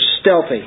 stealthy